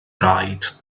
raid